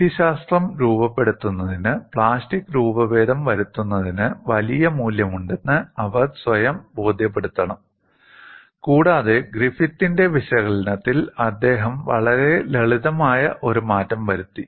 രീതിശാസ്ത്രം രൂപപ്പെടുത്തുന്നതിന് പ്ലാസ്റ്റിക് രൂപഭേദം വരുത്തുന്നതിന് വലിയ മൂല്യമുണ്ടെന്ന് അവർ സ്വയം ബോധ്യപ്പെടുത്തണം കൂടാതെ ഗ്രിഫിത്തിന്റെ വിശകലനത്തിൽ അദ്ദേഹം വളരെ ലളിതമായ ഒരു മാറ്റം വരുത്തി